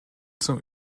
zum